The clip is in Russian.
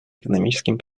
экономическим